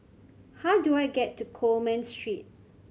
how do I get to Coleman Street